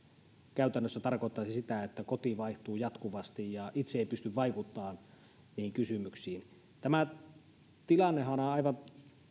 käytännössä tarkoittaisi sitä että koti vaihtuu jatkuvasti ja itse ei pysty vaikuttamaan niihin kysymyksiin tämä tilannehan on usein aivan